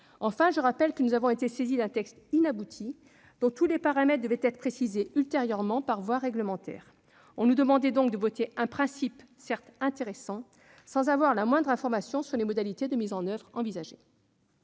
Enfin, je rappelle que nous avions été saisis d'un texte inabouti, dont tous les paramètres devaient être précisés ultérieurement, par voie réglementaire. On nous demandait donc de voter un principe, certes intéressant, sans avoir la moindre information sur les modalités de mise en oeuvre envisagées.